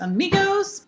Amigos